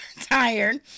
tired